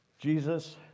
Jesus